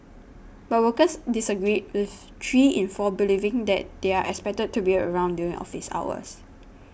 but workers disagreed with three in four believing that they are expected to be around during office hours